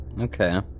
Okay